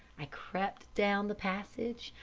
i crept down the passage,